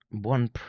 One